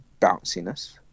bounciness